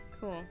Cool